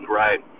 right